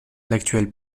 l’actuelle